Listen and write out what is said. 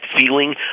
feeling